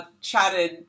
chatted